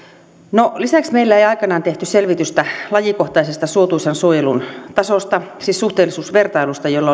lisäksi meillä ei aikanaan tehty selvitystä lajikohtaisesta suotuisan suojelun tasosta siis suhteellisuusvertailusta jolla